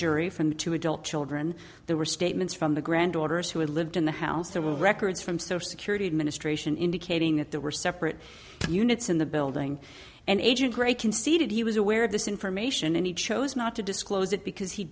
jury from two adult children there were statements from the grand daughters who had lived in the house there were records from social security administration indicating that there were separate units in the building and agent gray conceded he was aware of this information and he chose not to disclose it because he